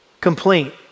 complaint